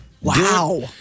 Wow